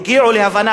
הגיעו להבנה,